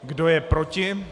Kdo je proti?